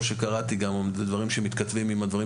ככל שקראתי אלו דברים שמתכתבים עם הדברים